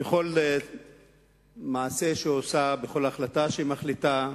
בכל מעשה שהיא עושה, בכל החלטה שהיא מחליטה,